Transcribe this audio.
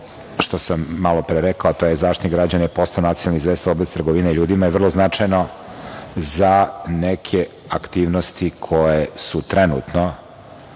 što sam malopre rekao, a to je Zaštitnik građana, postao nacionalni izvestilac u oblasti trgovine ljudima, je vrlo značajno za neke aktivnosti koje su trenutno